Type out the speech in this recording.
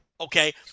okay